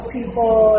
People